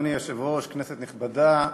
אדוני היושב-ראש, כנסת נכבדה,